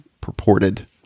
purported